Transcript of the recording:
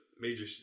major